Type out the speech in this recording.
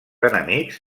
enemics